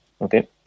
okay